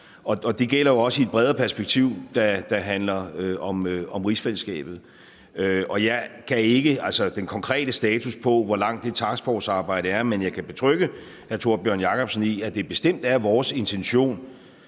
Og det gælder jo også i et bredere perspektiv, der handler om rigsfællesskabet. Jeg har ikke den konkrete status på, hvor langt det taskforcearbejde er, men jeg kan betrygge hr. Tórbjørn Jacobsen i, at det bestemt er vores intention